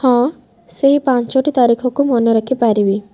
ହଁ ସେଇ ପାଞ୍ଚଟି ତାରିଖକୁ ମନେ ରଖିପାରିବି